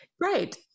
Right